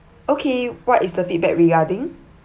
okay what is the feedback regarding